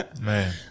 man